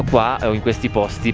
la paz